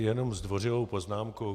Jenom zdvořilou poznámku.